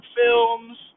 films